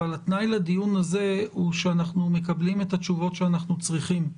אבל התנאי לדיון הזה הוא שאנחנו מקבלים את התשובות שאנחנו צריכים.